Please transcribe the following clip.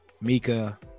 Mika